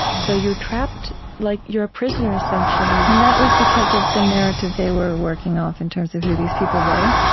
so you're trapped like you're a prisoner essentially and that was because of the narrative they were working off, in terms of who these people were?